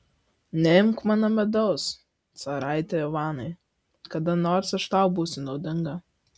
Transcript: neimk mano medaus caraiti ivanai kada nors aš tau būsiu naudinga